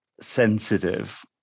sensitive